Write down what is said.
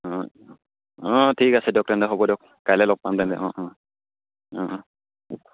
অঁ অঁ ঠিক আছে দিয়ক তেন্তে হ'ব দিয়ক কাইলৈ লগ পাম তেন্তে অঁ অঁ অঁ